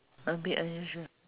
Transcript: a bit unusual